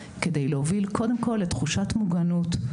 כדי להוביל קודם כל לתחושת מוגנות,